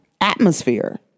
atmosphere